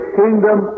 kingdom